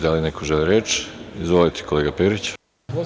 Da li neko želi reč? (Da) Izvolite, kolega Periću.